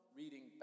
reading